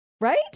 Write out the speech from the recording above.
right